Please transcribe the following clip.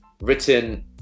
written